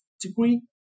degree